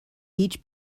each